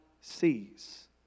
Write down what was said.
sees